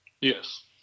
yes